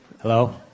Hello